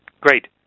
Great